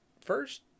first